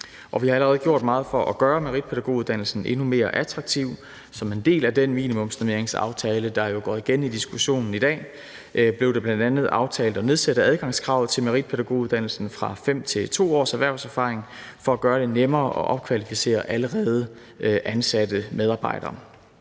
Vi har allerede gjort meget for at gøre meritpædagoguddannelsen endnu mere attraktiv. Som en del af den minimumsnormeringsaftale, der jo går igen i diskussionen i dag, blev det bl.a. aftalt at nedsætte adgangskravet til meritpædagoguddannelsen fra 5 til 2 års erhvervserfaring for at gøre det nemmere at opkvalificere allerede ansatte medarbejdere